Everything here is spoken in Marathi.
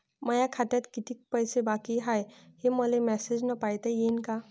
माया खात्यात कितीक पैसे बाकी हाय, हे मले मॅसेजन पायता येईन का?